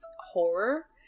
horror